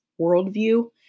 worldview